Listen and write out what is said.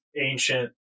ancient